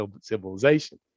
civilization